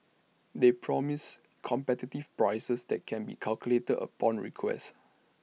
they promise competitive prices that can be calculated upon request